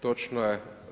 Točno je.